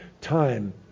time